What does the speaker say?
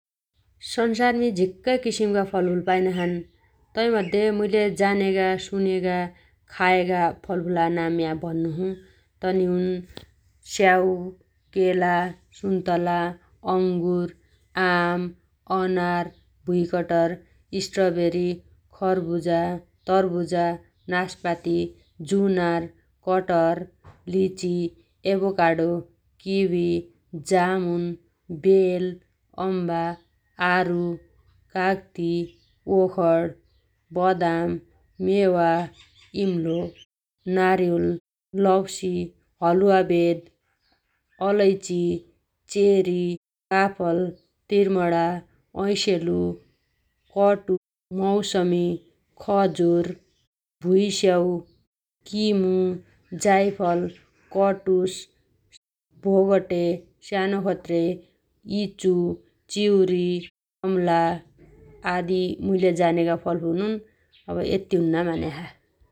संसारमी झिक्कै किसिमगा फलफुल पाइनाछन् । तैमध्ये मुइले जानेगा सुनेगा खायगा फलफुला नाम या भन्नोछु । तनि हुन् - स्याउ, केला, सुन्तला, अ‌गु्र, आम, अनार, भुइकटर, स्टवेरी, खरभुजा, तरभुजा, नास्पाति, जुनार, कटहर, लिचि, एभोकाडो, किवि, जामुन, बेल, अम्बा, आरु, काग्ती, ओखण, बदाम, मेवा, इम्लो, नारिवल, लप्सी, हलुवावेद, अलैची, चेरी, काफल, त्रिमणा, ऐसेलु, मौसमी, खजुर, भुइस्याउ, किमु, जाइफल, कटुस, भोगटे, सानोखत्रे, इचु, चिउरी, अम्ला, आदी मुइले जानेगा फलफुल हुन् । अब यत्ति हुन्ना मान्या छ ।